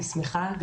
אני שמחה.